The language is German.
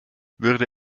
würde